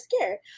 scared